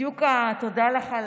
תודה לך,